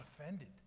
offended